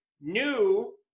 new